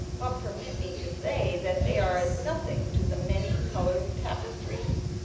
but permit me to say that they are as nothing to the many coloured tapestries,